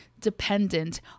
dependent